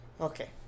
Okay